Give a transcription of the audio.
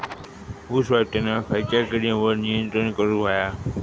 ऊस वाढताना खयच्या किडींवर नियंत्रण करुक व्हया?